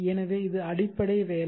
எனவே இது அடிப்படை வேலை